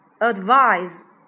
Advise